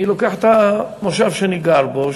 אני לוקח את המושב שאני גר בו,